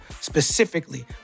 specifically